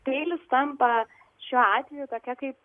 peilis tampa šiuo atveju tokia kaip